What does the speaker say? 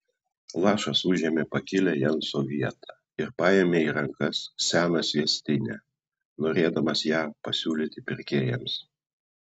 lašas užėmė pakilią jenso vietą ir paėmė į rankas seną sviestinę norėdamas ją pasiūlyti pirkėjams